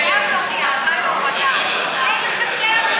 יהיה עבריין, אין לך דרך לפקח על זה.